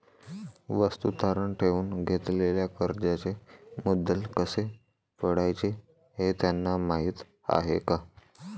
वस्तू तारण ठेवून घेतलेल्या कर्जाचे मुद्दल कसे फेडायचे हे त्यांना माहीत आहे का?